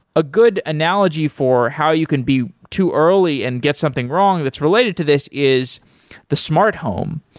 a good analogy for how you can be too early and get something wrong that's related to this is the smart home.